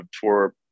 tour